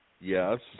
Yes